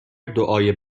دعای